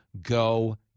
Go